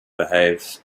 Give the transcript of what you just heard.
behaves